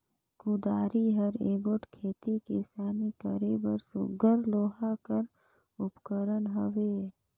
कुदारी हर एगोट खेती किसानी करे बर सुग्घर लोहा कर उपकरन हवे